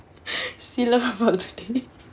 see lah I'm about to